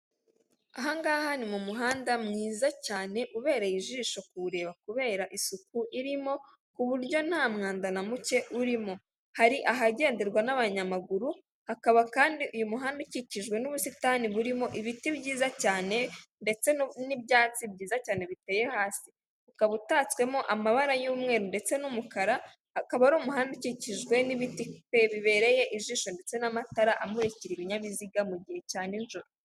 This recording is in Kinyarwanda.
Aha ngaha ni mu muhanda mwiza cyane ubereye ijisho kuwureba kubera isuku irimo ku buryo nta mwanda na muke urimo, hari ahagenderwa n'abanyamaguru, hakaba kandi uyu muhanda ukikijwe n'ubusitani burimo ibiti byiza cyane ndetse n'ibyatsi byiza cyane biteye hasi, ukaba utatswemo amabara y'umweru ndetse n'umukara, akaba ari umuhanda ukikijwe n'ibiti bibereye ijisho ndetse n'amatara amurikira ibinyabiziga mu gihe cya nijoro.